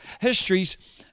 histories